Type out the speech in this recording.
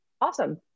Awesome